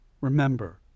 remember